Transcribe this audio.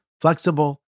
flexible